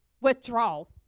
withdrawal